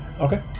Okay